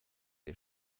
der